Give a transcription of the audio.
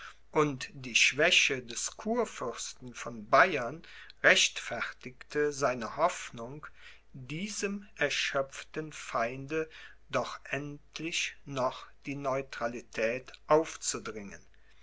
und die schwäche des kurfürsten von bayern rechtfertigte seine hoffnung diesem erschöpften feinde doch endlich noch die neutralität aufzudringen